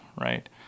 right